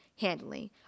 handling